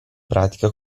pratica